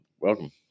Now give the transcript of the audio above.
Welcome